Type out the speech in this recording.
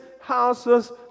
houses